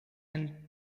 and